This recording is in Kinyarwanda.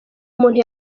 umuntu